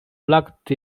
plucked